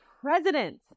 president